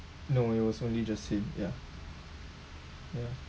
no it was only the him ya ya